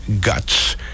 guts